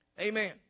Amen